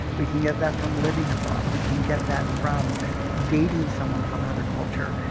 we can get that from living abroad. we can get that from dating someone from another culture.